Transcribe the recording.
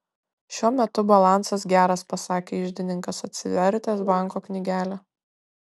šiuo metu balansas geras pasakė iždininkas atsivertęs banko knygelę